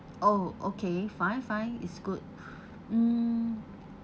oh okay fine fine it's good mm